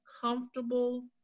comfortable